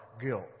guilt